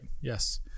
Yes